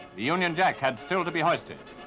the union jack had still to be hoisted.